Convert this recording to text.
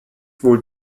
wohl